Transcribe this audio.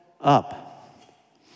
up